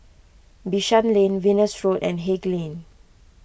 Bishan Lane Venus Road and Haig Lane